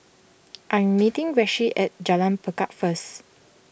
I am meeting Rishi at Jalan Lekar first